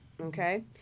okay